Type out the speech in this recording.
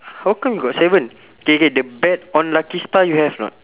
how come you got seven K K the bet on lucky star you have not